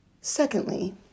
secondly